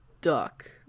duck